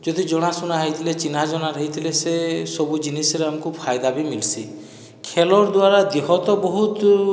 ଯଦି ଜଣାଶୁଣା ହୋଇଥିଲେ ଚିହ୍ନା ଜଣାର୍ ହେଇଥିଲେ ସେ ସବୁ ଜିନିଷ୍ରେ ଆମକୁ ଫାଇଦା ବି ମିଲ୍ସି ଖେଲର୍ ଦ୍ୱାରା ଦିହ ତ ବହୁତ